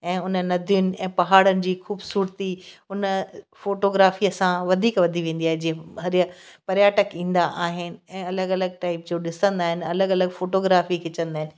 ऐं उन नंदियुनि ऐं पहाड़नि जी खूबसूरती उन फ़ोटोग्राफ़ीअ सां वधीक वधी वेंदी आहे जीअं हरिया पर्यटक ईंदा आहिनि ऐं अलॻि अलॻि टाइप जो ॾिसंदा आहिनि अलॻि अलॻि फ़ोटोग्राफ़ी खिचंदा आहिनि